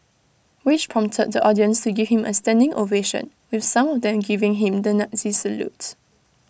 which prompted the audience to give him A standing ovation with some of them giving him the Nazi salute